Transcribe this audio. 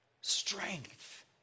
strength